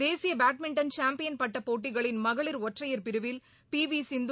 தேசிய badminton champion பட்ட போட்டிகளின் மகளிர் ஒற்றையர் பிரிவில் பி வி சிந்து